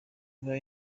kuba